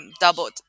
doubled